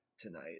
tonight